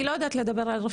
אני לא יודעת לדבר על רופאים.